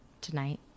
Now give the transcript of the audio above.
tonight